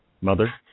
mother